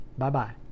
Bye-bye